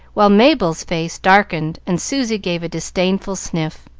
while mabel's face darkened, and susy gave a disdainful sniff.